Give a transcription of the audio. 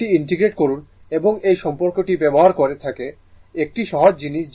এটি ইন্টিগ্রেট করুন এবং এই সম্পর্কটি ব্যবহার করা থেকে একটি সহজ জিনিস যা ω 2πT এর সমান